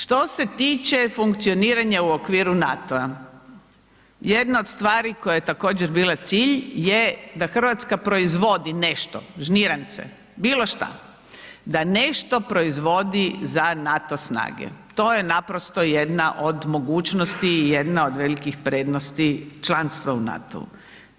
Što se tiče funkcioniranja u okviru NATO-a jedna od stvari koja je također bila cilj je da Hrvatska proizvodi nešto, žnirance bilo šta, da nešto proizvodi za NATO snage to je naprosto jedna od mogućosti i jedna od velikih prednosti članstva u NATO-u.